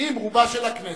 ואם רובה של הכנסת,